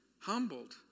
humbled